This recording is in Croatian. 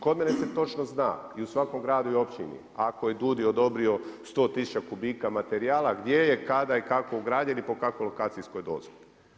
Kod mene se točno zna i u svakom gradu i općini ako je DUUDI odobrio 100 tisuća kubika materijala gdje je, kada i kako građen i po kakvoj lokacijskoj dozvoli.